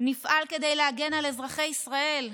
נפעל כדי להגן על אזרחי ישראל,